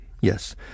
yes